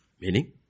Meaning